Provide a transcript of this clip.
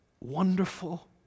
wonderful